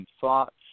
thoughts